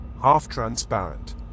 half-transparent